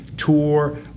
tour